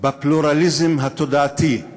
בפלורליזם התודעתי,